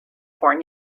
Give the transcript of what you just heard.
born